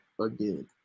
again